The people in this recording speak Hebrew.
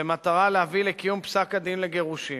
במטרה להביא לקיום פסק-הדין לגירושין.